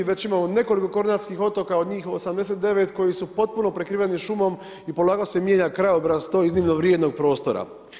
Već imamo nekoliko kornatskih otoka, od njih 89, koji su potpuno prekriveni šumom i polako se mijenja krajobraz tog iznimno vrijednog prostora.